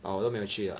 but 我都没有去 lah